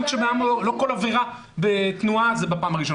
גם לא בכל עבירת תנועה מטילים קנס בפעם הראשונה.